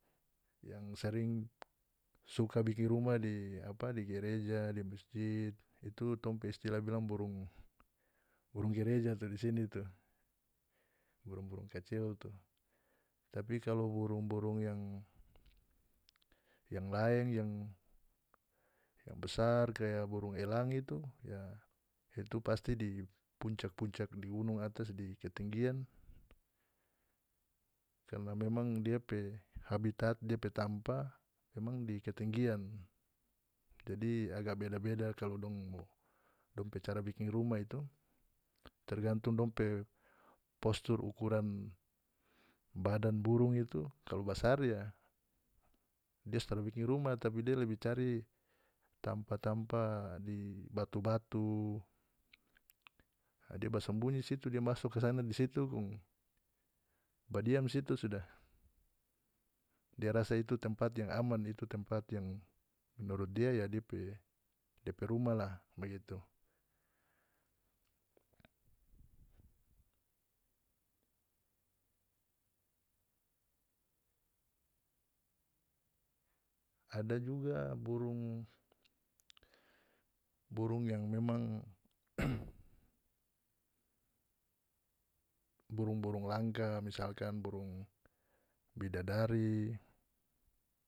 Yang sering suka bikin rumah di apa di gereja di mesjid itu tong pe istilah bilang burung gereja tu di sini tu burung-burung kacil tu tapi kalu burung-burung yang yang laeng yang yang besar kaya burung elang itu ya itu pasti di puncak-puncak di gunung atas di ketinggian karna memang dia pe habitat dia pe tampa memang di ketinggian jadi aga beda-beda kalu dong mo dong pe cara bikin rumah itu tergantung dong pe postur ukuran badan burung itu kalu basar ya dia so tra bikin rumah tapi dia lebih cari tampa-tampa di batu-batu a dia bsambunyi di situ dia maso kasana di situ kong badiam di situ sudah dia rasa itu tempat yang aman itu tempat yang menurut dia ya dia pe rumah la bagitu ada juga burung burung yang memang burung-burung langka misalkan burung bidadari.